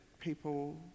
people